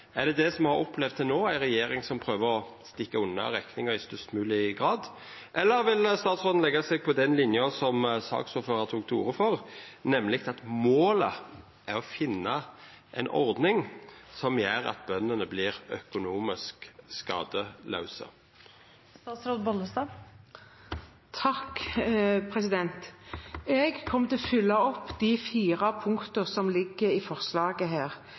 Er det det som me har opplevd til no – ei regjering som prøver å stikka frå rekninga i størst mogleg grad? Eller vil statsråden leggja seg på den linja som saksordføraren tok til orde for, nemleg at målet er å finna ei ordning som gjer at bøndene vert økonomisk skadelause? Jeg kommer til å følge opp de fire punktene som ligger i forslaget her.